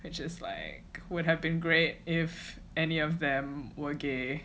which is like would have been great if any of them were gay